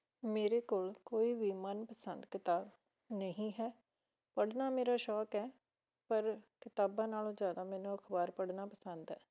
ਮੇਰੇ ਕੋਲ ਕੋਈ ਵੀ ਮਨਪਸੰਦ ਕਿਤਾਬ ਨਹੀਂ ਹੈ ਪੜ੍ਹਨਾ ਮੇਰਾ ਸ਼ੌਂਕ ਹੈ ਪਰ ਕਿਤਾਬਾਂ ਨਾਲੋਂ ਜ਼ਿਆਦਾ ਮੈਨੂੰ ਅਖਬਾਰ ਪੜ੍ਹਨਾ ਪਸੰਦ ਹੈ